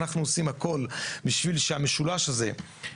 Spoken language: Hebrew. אנחנו עושים הכל בשביל שהמשולש הזה,